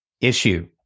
issue